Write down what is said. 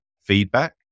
feedback